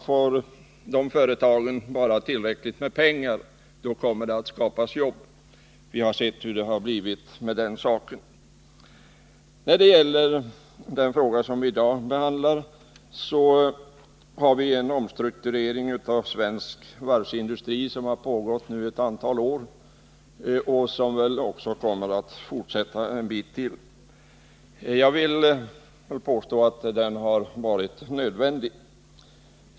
Får företagen bara tillräckligt med pengar, kommer det också att skapas arbeten, menar man. Vi har sett hur det har blivit med den saken. Så till den fråga som vi nu behandlar. En omstrukturering av svensk varvsindustri har pågått ett antal år och kommer väl att fortsätta ett tag till. Jag vill påpeka att omstruktureringen har varit nödvändig.